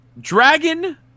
Dragon